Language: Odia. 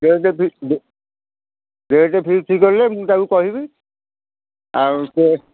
ଡେଟ୍ ଫି ଡେ ଡେଟ୍ ଫିକ୍ସ କରିଲେ ମୁଁ ତାଙ୍କୁ କହିବି ଆଉ ସେ